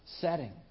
setting